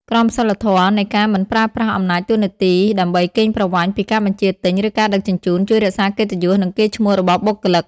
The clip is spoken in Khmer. ក្រមសីលធម៌នៃការមិនប្រើប្រាស់អំណាចតួនាទីដើម្បីកេងចំណេញពីការបញ្ជាទិញ ឬការដឹកជញ្ជូន ជួយរក្សាកិត្តិយស និងកេរ្តិ៍ឈ្មោះរបស់បុគ្គលិក។